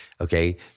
okay